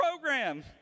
program